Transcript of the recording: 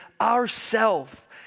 ourself